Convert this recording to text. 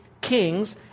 kings